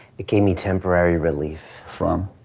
it gave me temporary relief. from?